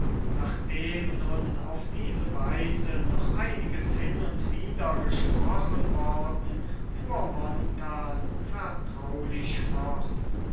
nachdem nun auf diese weise noch einiges hin und wider gesprochen worden fuhr montan vertraulich fort